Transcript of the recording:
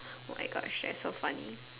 oh my gosh that's so funny